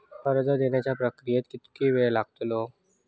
कर्ज देवच्या प्रक्रियेत किती येळ लागतलो?